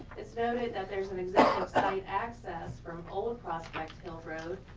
it's noted that there's an example of site access from old prospect hill road,